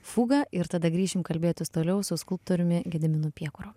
fugą ir tada grįšim kalbėtis toliau su skulptoriumi gediminu piekuru